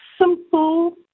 simple